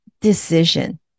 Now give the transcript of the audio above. decision